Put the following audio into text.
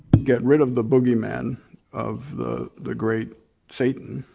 get rid of the boogie man of the the great satan